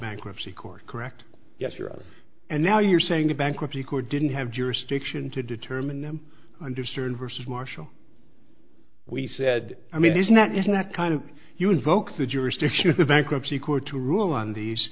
bankruptcy court correct yes you're right and now you're saying the bankruptcy court didn't have jurisdiction to determine them under certain verses marshall we said i mean isn't that isn't that kind of you invoke the jurisdiction of the bankruptcy court to rule on these